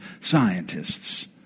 scientists